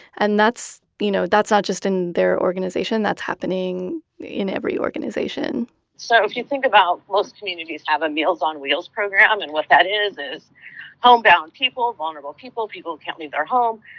and that's, you know, that's not ah just in their organization that's happening in every organization so, if you think about most communities have a meals on wheels program and what that is, is homebound people, vulnerable people, people can't leave their home,